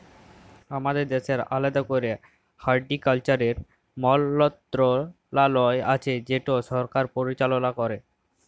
আমাদের দ্যাশের আলেদা ক্যরে হর্টিকালচারের মলত্রলালয় আছে যেট সরকার পরিচাললা ক্যরে